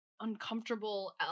uncomfortable